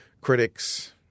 critics –